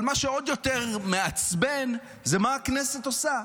אבל מה שעוד יותר מעצבן זה מה שהכנסת עושה,